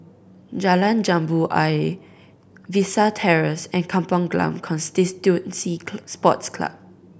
Jalan Jambu Ayer Vista Terrace and Kampong Glam Constituency Sports Club